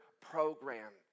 program